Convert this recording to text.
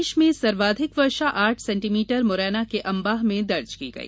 प्रदेश में सर्वाधिक वर्षा आठ सेंटीमीटर मुरैना के अंबाह में दर्ज की गई